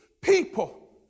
people